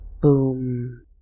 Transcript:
boom